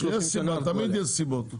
תמיד יש סיבות.